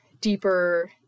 deeper